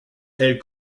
elle